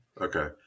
Okay